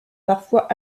parfois